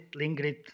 Lingrid